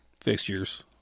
fixtures